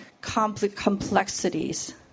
complexities